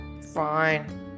Fine